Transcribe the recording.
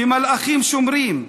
כמלאכים שומרים,